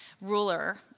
ruler